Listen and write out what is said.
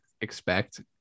expect